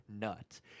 nuts